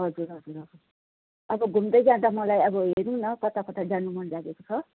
हजुर हजुर हजुर अब घुम्दै जाँदा मलाई अब हेरौँ न कता कता जानु मन लागेको छ